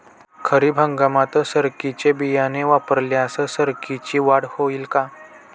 खरीप हंगामात सरकीचे बियाणे वापरल्यास सरकीची वाढ होईल का?